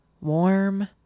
warm